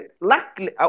luckily